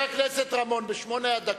אתה לא חייב שום דבר.